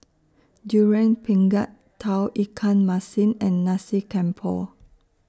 Durian Pengat Tauge Ikan Masin and Nasi Campur